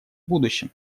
будущем